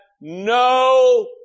no